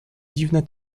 dziwne